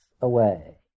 away